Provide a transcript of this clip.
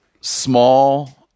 small